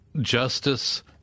justice